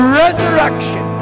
resurrection